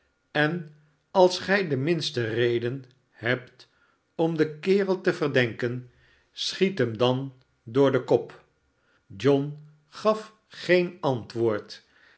en als gij de minste reden hebt om den kerel te ver denken schiet hem dan door den kop john gaf geen antwoord